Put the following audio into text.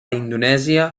indonèsia